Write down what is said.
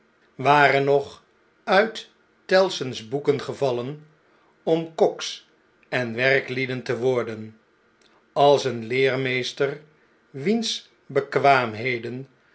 waren nog uit tellson's boeken gevallen om koks en werklieden te worden als een leermeester wiens